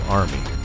army